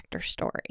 story